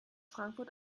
frankfurt